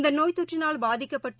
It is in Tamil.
இந்தநோய் தொற்றினால் பாதிக்கப்பட்டு